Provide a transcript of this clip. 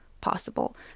possible